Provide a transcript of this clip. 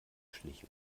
schliche